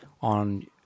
on